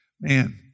man